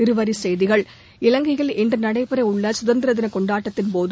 இருவரி செய்திகள் இலங்கையில் இன்று நடைபெற உள்ள சுதந்திர தின கொண்டாட்டத்தின்போது